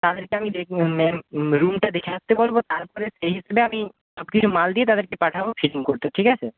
তাদেরকে আমি দেখে রুমটা দেখে আসতে বলবো তারপরে সেই হিসেবে আমি সব কিছু মাল দিয়ে তাদেরকে পাঠাবো ফিটিং করতে ঠিক আছে